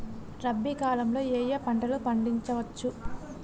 రబీ కాలంలో ఏ ఏ పంట పండించచ్చు?